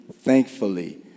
thankfully